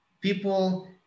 people